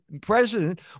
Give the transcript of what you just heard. president